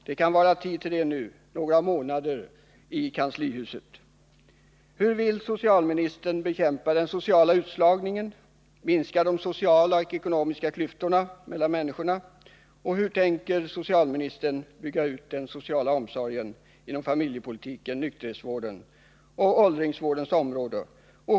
Det kan vara tid till det nu, efter några månader i kanslihuset. Hur vill socialministern bekämpa den sociala utslagningen, minska de sociala och ekonomiska klyftorna mellan människorna, och hur tänker socialministern bygga ut den sociala omsorgen inom familjepolitiken, på nykterhetsvårdens och åldringsvårdens områden?